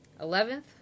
Eleventh